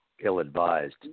ill-advised